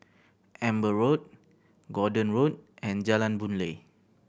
Amber Road Gordon Road and Jalan Boon Lay